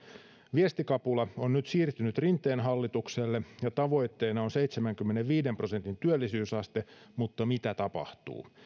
viestikapula on nyt siirtynyt rinteen hallitukselle ja tavoitteena on seitsemänkymmenenviiden prosentin työllisyysaste mutta mitä tapahtuu